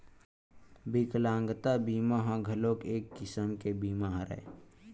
बिकलांगता बीमा ह घलोक एक किसम के बीमा हरय